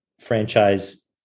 franchise